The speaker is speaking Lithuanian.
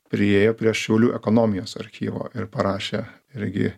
priėjo prie šiaulių ekonomijos archyvo ir parašė irgi